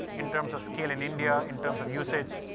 in terms of scale in india, in terms of usage.